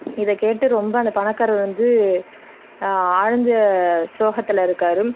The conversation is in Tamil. இதை கேட்டு ரொம்ப அந்த பணக்காரர் வந்து ஆழ்ந்த சோகத்தில் இருக்கார்